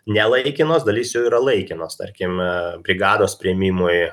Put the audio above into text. ne laikinos dalis jų yra laikinos tarkim brigados priėmimui